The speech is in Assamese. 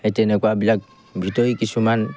সেই তেনেকুৱাবিলাক ভিতৰি কিছুমান